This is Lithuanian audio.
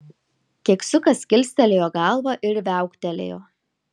keksiukas kilstelėjo galvą ir viauktelėjo